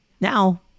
now